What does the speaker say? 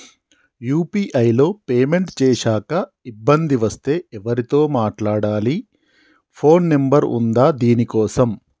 UPI లో payment చేశాక ఇబ్బంది వస్తే ఎవరితో మాట్లాడాలి? ఫోన్ నంబర్ ఉందా దీనికోసం?